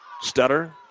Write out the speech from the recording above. Stutter